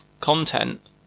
content